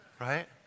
right